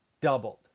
doubled